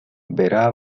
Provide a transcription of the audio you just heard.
verá